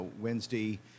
Wednesday